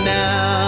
now